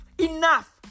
enough